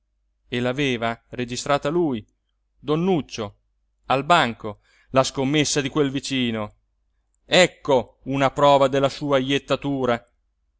e l'aveva registrata lui don nuccio al banco la scommessa di quel vicino ecco una prova della sua